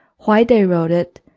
why they wrote it,